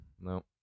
No